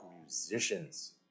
musicians